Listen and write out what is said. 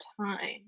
time